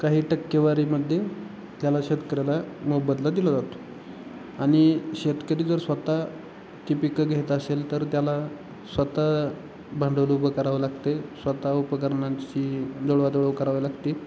काही टक्केवारीमध्ये त्याला शेतकऱ्याला मोबदला दिला जातो आणि शेतकरी जर स्वत ती पिकं घेत असेल तर त्याला स्वत भांडवल उभं करावं लागते स्वत उपकरणाची जुळवाजुळव करावी लागते